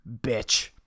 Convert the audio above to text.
bitch